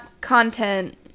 content